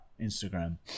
Instagram